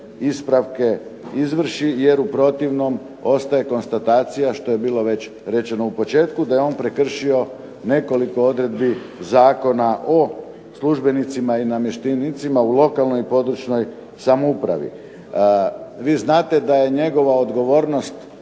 ispravke izvrši jer u protivnom ostaje konstatacija, što je bilo već rečeno u početku, da je on prekršio nekoliko odredbi Zakona o službenicima i namještenicima u lokalnoj i područnoj samoupravi. Vi znate da je njegova odgovornost,